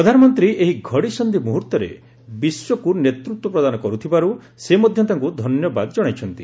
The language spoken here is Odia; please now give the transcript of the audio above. ପ୍ରଧାନମନ୍ତ୍ରୀ ଏହି ଘଡ଼ିସନ୍ଧି ମୁହର୍ତ୍ତରେ ବିଶ୍ୱକୁ ନେତୃତ୍ୱ ପ୍ରଦାନ କରୁଥିବାରୁ ସେ ମଧ୍ୟ ତାଙ୍କୁ ଧନ୍ୟବାଦ କଣାଇଛନ୍ତି